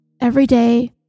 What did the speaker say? everyday